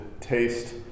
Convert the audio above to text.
taste